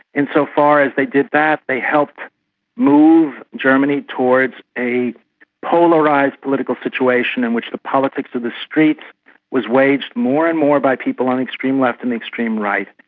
insofar as they did that, they helped move germany towards a polarised political situation in which the politics of the street was waged more and more by people on extreme left and extreme right.